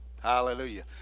Hallelujah